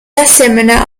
asemenea